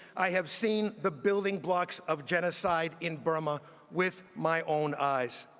i have seen the building blocks of genocide in burma with my own eyes.